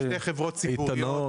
הן שתי חברות ציבוריות,